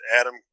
Adam